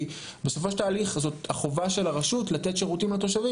כי בסופו של תהליך זו החובה של הרשות לתת שירותים לתושבים